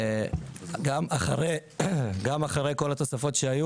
גם אחרי כל התוספות,